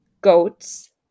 goats